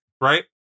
right